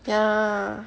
ya